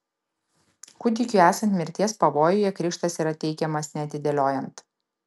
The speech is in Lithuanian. kūdikiui esant mirties pavojuje krikštas yra teikiamas neatidėliojant